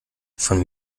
von